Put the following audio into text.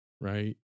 right